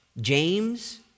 James